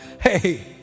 Hey